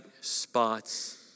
spots